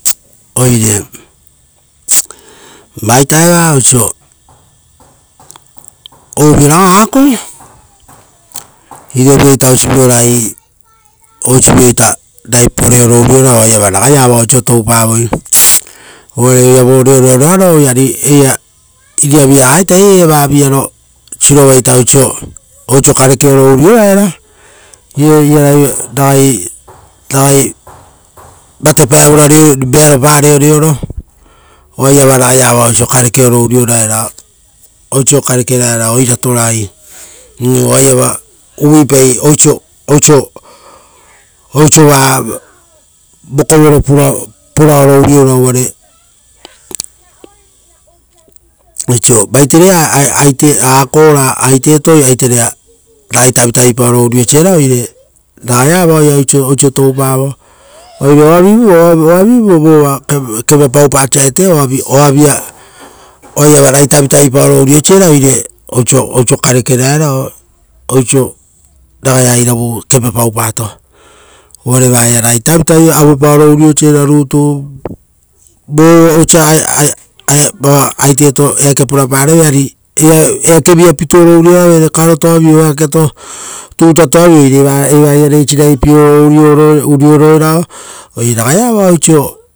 Oire, vaita eva oiso, ovio raga akoo iriaviaita oiso vio ragai oisivio ita, ragai poreoro uriora oa iava ragai avao oiso toupavoi. Uvare oira vo reoreo roaro ari eira, iria via raga ita eira iria vavi aro sirova ita oiso, oiso karekeoro urio raera. Iria ragai vate paevora vearopa reoreoro. Oa iava ragai avao oiso karekeoro urio raerao, oiso karekera erao oirato ragai. Iuu, oaiva uvuipa oiso, oiso vaa vokovoro paraoro uriora uvare oiso vaiterei aa aloo akoo ora aiteto aiterea ragai tavitavi paoro urio sera oire, ragai avaoia oiso toupavo. Oire, oavivu oavivu vova kepa paupaa saete varata oavia, oaiva ragai tavitavi paoro urio sera oire, oiso, oiso karekerae rao oiso, oiso iravua ragai kepa pau pato. Uvare vaia ragai tavitavi, aue paoro urio sera rutu. Vo osa aiteto eake purapare vere airi, ari eake via pituoro uriora vere, karotoa vii o eakoto, tutaa toavii, oire eva iare eisi ragai pie oro urio roerao. Oire ragai avao oiso.